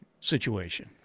situation